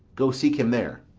go seek him there.